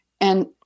And-